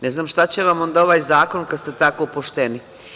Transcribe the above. Ne znam šta će vam onda ovaj zakon kad ste tako pošteni.